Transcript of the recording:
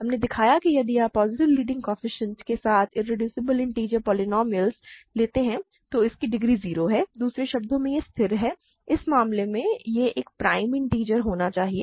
हमने दिखाया कि यदि आप पॉजिटिव लीडिंग कोएफ़िशिएंट के साथ एक इरेड्यूसिबल इन्टिजर पोलीनोमिअल लेते हैं तो या तो इसकी डिग्री 0 है दूसरे शब्दों में यह स्थिर है इस मामले में यह एक प्राइम इन्टिजर होना चाहिए